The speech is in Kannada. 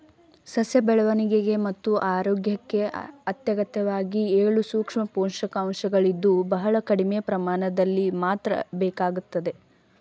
ಸಸ್ಯ ಬೆಳವಣಿಗೆ ಮತ್ತು ಆರೋಗ್ಯಕ್ಕೆ ಅತ್ಯಗತ್ಯವಾಗಿ ಏಳು ಸೂಕ್ಷ್ಮ ಪೋಷಕಾಂಶಗಳಿದ್ದು ಬಹಳ ಕಡಿಮೆ ಪ್ರಮಾಣದಲ್ಲಿ ಮಾತ್ರ ಬೇಕಾಗ್ತದೆ